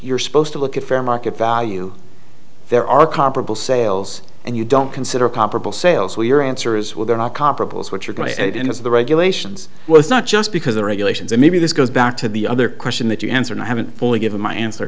you're supposed to look at fair market value there are comparable sales and you don't consider comparable sales so your answer is well they're not comparable as what you're going to get into the regulations well it's not just because the regulations or maybe this goes back to the other question that you answered i haven't fully given my answer